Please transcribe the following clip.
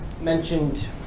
mentioned